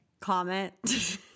Comment